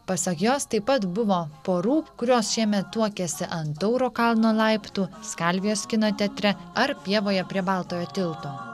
pasak jos taip pat buvo porų kurios šiemet tuokėsi ant tauro kalno laiptų skalvijos kino teatre ar pievoje prie baltojo tilto